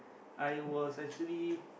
I was actually